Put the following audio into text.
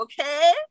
okay